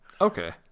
okay